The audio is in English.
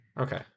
Okay